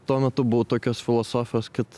tuo metu buvau tokios filosofijos kad